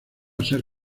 ser